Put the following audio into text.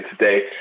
today